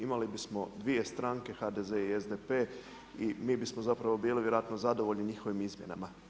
Imali bismo dvije stranke, HDZ-e i SDP-e i mi bismo zapravo bili vjerojatno zadovoljni njihovim izmjenama.